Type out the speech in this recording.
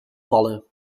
vallen